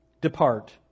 Depart